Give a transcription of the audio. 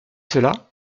cela